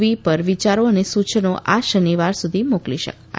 વી પર વિયારો અને સૂચનો આ શનિવાર સુધી મોકલી શકે છે